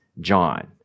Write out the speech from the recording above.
John